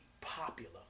popular